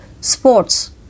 sports